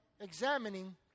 examining